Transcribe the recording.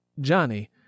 Johnny